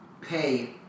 pay